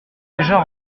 déjà